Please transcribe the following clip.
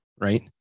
right